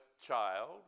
child